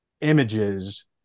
images